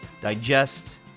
digest